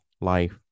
life